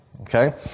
Okay